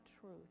truth